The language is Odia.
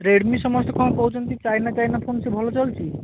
ରେଡ଼ମି ସମସ୍ତେ କ'ଣ କହୁଛନ୍ତି ଚାଇନା ଚାଇନା ଫୋନ ସେ ଭଲ ଚାଲୁଛି